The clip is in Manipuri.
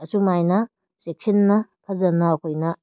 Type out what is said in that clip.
ꯑꯁꯨꯃꯥꯏꯅ ꯆꯦꯛꯁꯤꯟꯅ ꯐꯖꯅ ꯑꯩꯈꯣꯏꯅ